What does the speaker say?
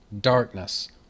darkness